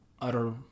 utter